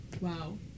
Wow